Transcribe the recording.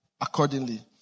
accordingly